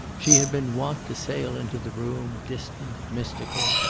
she had been wont to sail into the room, distant, mystical.